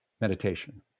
meditation